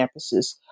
campuses